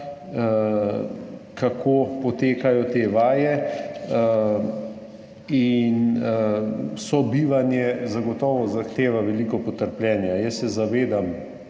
kako potekajo te vaje in sobivanje zagotovo zahteva veliko potrpljenja. Jaz in celotno